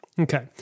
Okay